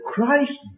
Christ